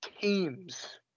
teams